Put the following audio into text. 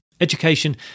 Education